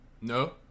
No